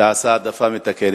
שעשה העדפה מתקנת,